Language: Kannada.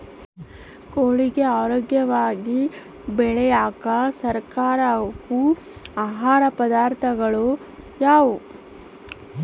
ಕೋಳಿಗೆ ಆರೋಗ್ಯವಾಗಿ ಬೆಳೆಯಾಕ ಸಹಕಾರಿಯಾಗೋ ಆಹಾರ ಪದಾರ್ಥಗಳು ಯಾವುವು?